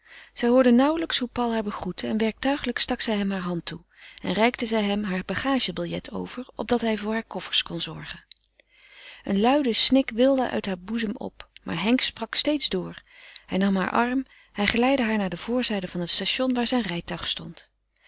ze hoorde nauwlijks hoe paul haar begroette en werktuigelijk stak zij hem heure hand toe en reikte zij hem heur bagagebiljet over opdat hij voor hare koffers kon zorgen een luide snik welde uit haar boezem op maar henk sprak steeds door hij nam heur arm hij geleidde haar naar de voorzijde van het station waar zijn rijtuig stond